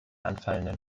anfallenden